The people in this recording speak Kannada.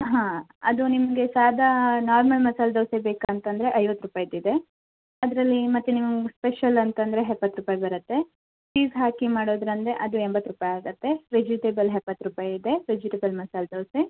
ಹಾ ಅದು ನಿಮಗೆ ಸಾದಾ ನಾರ್ಮಲ್ ಮಸಾಲೆ ದೋಸೆ ಬೇಕಂತಂದರೆ ಐವತ್ತು ರೂಪಾಯಿದು ಇದೆ ಅದರಲ್ಲಿ ಮತ್ತೆ ನೀವು ಸ್ಪೆಷಲ್ ಅಂತಂದರೆ ಎಪ್ಪತ್ತು ಬರತ್ತೆ ಚೀಸ್ ಹಾಕಿ ಮಾಡೋದಂದರೆ ಅದು ಎಂಬತ್ತು ರೂಪಾಯಿ ಆಗತ್ತೆ ವೆಜಿಟೇಬಲ್ ಎಪ್ಪತ್ತು ರೂಪಾಯಿ ಇದೆ ವೆಜಿಟೇಬಲ್ ಮಸಾಲೆ ದೋಸೆ